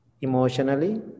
Emotionally